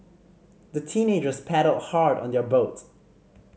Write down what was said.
the teenagers paddled hard on their boat